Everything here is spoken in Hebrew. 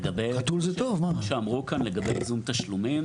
לגבי מה שאמרו כאן לגבי ייזום תשלומים.